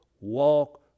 walk